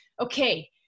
okay